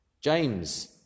James